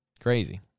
Crazy